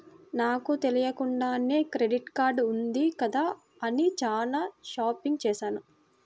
నాకు తెలియకుండానే క్రెడిట్ ఉంది కదా అని చానా షాపింగ్ చేశాను